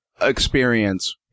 experience